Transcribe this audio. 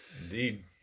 Indeed